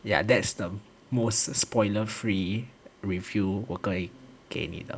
ya that's the most spoiler free review 我可以给你了